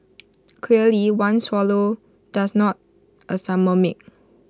clearly one swallow does not A summer make